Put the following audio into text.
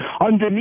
underneath